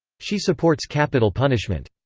she supports capital punishment.